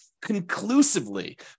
conclusively